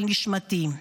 אל נשמתי".